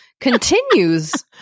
continues